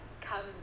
comes